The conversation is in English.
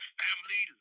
family